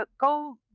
go